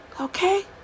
okay